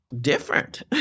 different